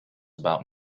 about